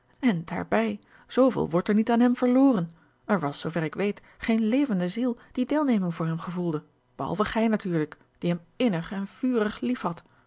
en daarbij zooveel wordt er niet aan hem verloren er was zoo ver ik weet geen levende ziel die deelneming voor hem gevoelde behalve gij natuurlijk die hem innig en vurig lief